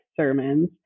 sermons